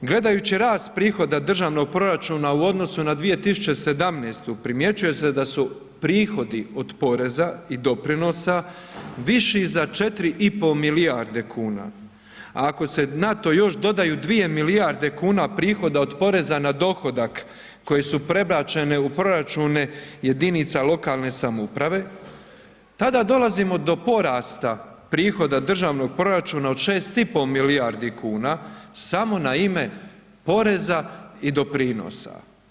Gledajući rast prihoda državnog proračuna u odnosu na 2017. primjećuje se da su prihodi od poreza i doprinosa viši za 4,5 milijarde kuna, ako se na to još dodaju 2 milijarde kuna prihoda od poreza na dohodak koje su prebačene u jedinica lokalne samouprave tada dolazimo do porasta prihoda državnog proračuna od 6,5 milijardi kuna samo na ime poreza i doprinosa.